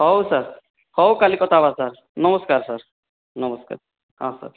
ହେଉ ସାର୍ ହଉ କାଲି କଥା ହେବା ସାର୍ ନମସ୍କାର ସାର୍ ନମସ୍କାର ହଁ ସାର୍